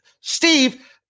Steve